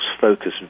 focus